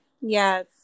yes